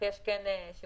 אנחנו צריכים גם ריחוק